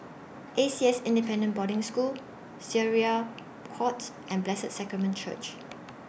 A C S Independent Boarding School Syariah Court and Blessed Sacrament Church